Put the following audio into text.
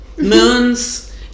Moons